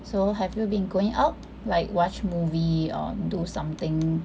so have you been going out like watch movie or do something